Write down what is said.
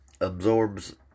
absorbs